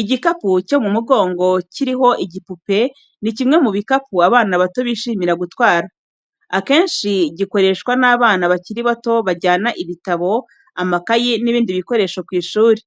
Igikapu cyo mu mugongo kiriho igipupe, ni kimwe mu bikapu abana bato bishimira gutwara. Akenshi gikoreshwa n'abana bakiri bato bajyana ibitabo, amakayi n'ibindi bikoresho ku ishuri.